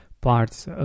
parts